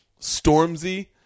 Stormzy